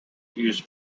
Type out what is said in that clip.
use